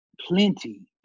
plenty